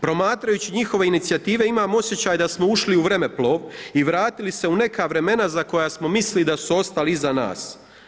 Promatrajući njihove inicijative, imam osjećaj da smo ušli u vremeplov i vratili se u neka vremena, za koja smo mislili da su ostali iza nas.